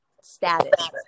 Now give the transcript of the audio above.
status